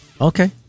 Okay